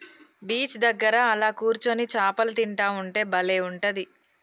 beach దగ్గర అలా కూర్చొని చాపలు తింటా ఉంటే బలే ఉంటది